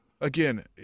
again